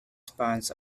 spans